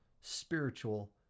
spiritual